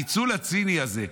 הניצול הציני הזה,